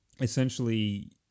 Essentially